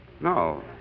No